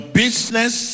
business